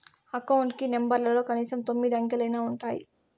account కి నెంబర్లలో కనీసం తొమ్మిది అంకెలైనా ఉంటాయి